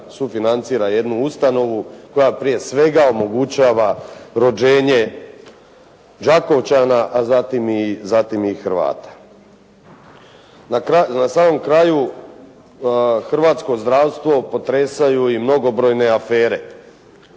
sufinancira jednu ustanovu koja prije svega omogućava rođenje Đakovčana, a zatim i Hrvata. Na samom kraju hrvatsko zdravstvo potresaju i mnogobrojne afere.